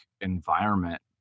environment